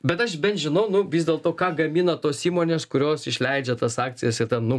bet aš bent žinau vis dėlto ką gamina tos įmonės kurios išleidžia tas akcijas ir tą nu